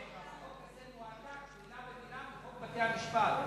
החוק הזה הועתק מלה במלה מחוק בתי-המשפט.